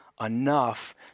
enough